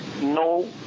no